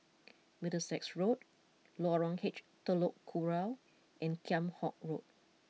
Middlesex Road Lorong H Telok Kurau and Kheam Hock Road